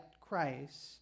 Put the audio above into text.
Christ